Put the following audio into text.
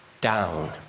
down